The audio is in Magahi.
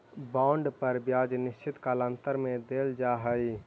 बॉन्ड पर ब्याज निश्चित कालांतर में देल जा हई